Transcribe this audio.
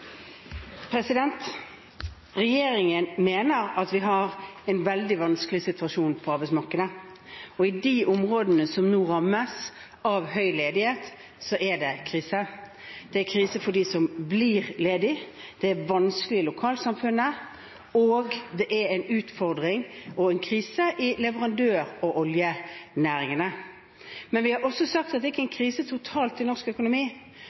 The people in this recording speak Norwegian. Regjeringen mener at vi har en veldig vanskelig situasjon på arbeidsmarkedet, og i de områdene som nå rammes av høy ledighet, er det krise. Det er krise for dem som blir ledige, det er vanskelig for lokalsamfunnet, og det er en utfordring for og en krise i leverandør- og oljenæringene. Men vi har også sagt at det er ikke en krise totalt i norsk økonomi,